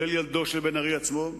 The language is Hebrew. גם ילדו של בן-ארי עצמו.